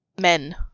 men